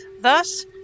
Thus